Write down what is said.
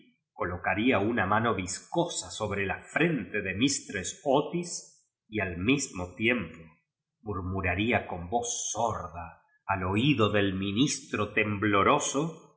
colocaría una mam viscosa sobre la frente de mistress otis y al mismo tiempo murmuraría con voz sorda al oído del ministro tembloroso los